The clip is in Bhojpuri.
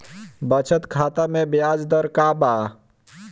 बचत खाता मे ब्याज दर का बा?